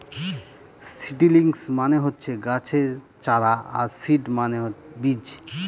seedlings মানে হচ্ছে গাছের চারা আর সিড মানে বীজ